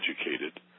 educated